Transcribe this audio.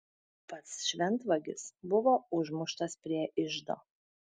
pats šventvagis buvo užmuštas prie iždo